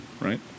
right